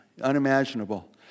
unimaginable